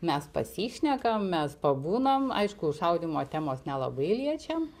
mes pasišnekam mes pabūnam aišku šaudymo temos nelabai liečiam